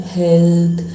health